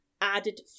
added